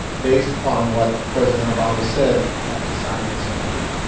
based upon what president obama said at the signing ceremony.